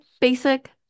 basic